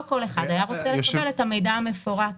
לא כל אחד היה רוצה לקבל את המידע המפורט.